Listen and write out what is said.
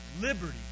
liberty